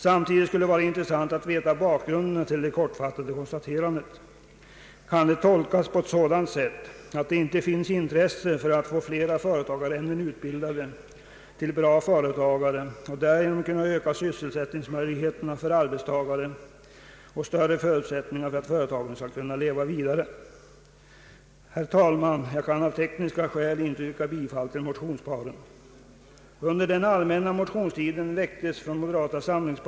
Samtidigt skulle det vara intressant att veta bakgrunden till det kortfattade konstaterandet. Kan det tolkas på sådant sätt att det inte finns intresse för att få flera företagareämnen utbildade till bra företagare och därigenom kunna öka sysselsättningsmöjligheterna för arbetstagare och skapa större förutsättningar för att företagen skall kunna leva vidare? Herr talman! Jag kan av tekniska skäl inte yrka bifall till motionsparet. Ang.